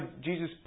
Jesus